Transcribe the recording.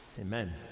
amen